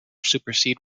supersede